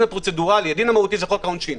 הפרוצדורלי הדין המהותי זה חוק העונשין.